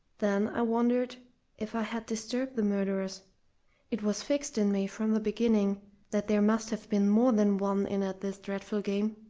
then i wondered if i had disturbed the murderers it was fixed in me from the beginning that there must have been more than one in at this dreadful game